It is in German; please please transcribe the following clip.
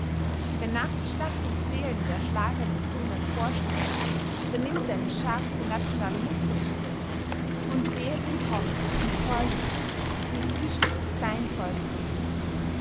wenn nach der schlacht die seelen der erschlagenen zu ihm emporsteigen dann nimmt er eine scharfe nationale musterung vor und wehe den tommies und poilus die sich zwischen sein volk drängen